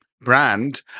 brand